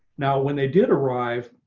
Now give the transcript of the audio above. now when they did arrive,